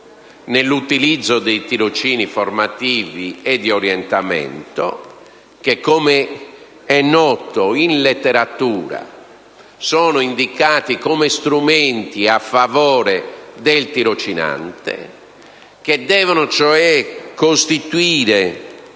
nell'utilizzo dei tirocini formativi e di orientamento che, come è noto in letteratura, sono indicati come strumenti a favore del tirocinante e devono costituire